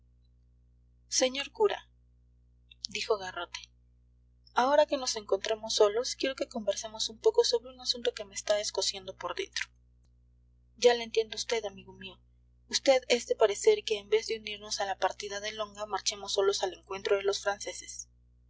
señor cura dijo garrote ahora que nos encontramos solos quiero que conversemos un poco sobre un asunto que me está escociendo por dentro ya le entiendo a vd amigo mío vd es de parecer que en vez de unirnos a la partida de longa marchemos solos al encuentro de los franceses